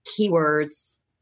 keywords